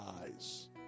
eyes